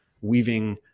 weaving